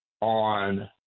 on